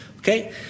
Okay